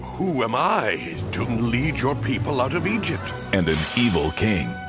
who am i to lead your people out of egypt. and an evil king.